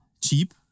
cheap